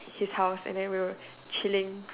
his house and then we were chilling